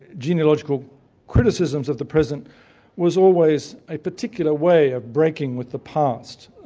genealogical criticisms of the present was always a particular way of breaking with the past,